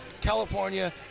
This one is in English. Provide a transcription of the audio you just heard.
California